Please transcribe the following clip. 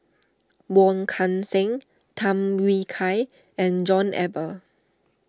Wong Kan Seng Tham Yui Kai and John Eber